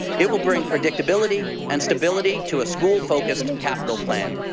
it will bring predictability and stability to a school focused capital plan.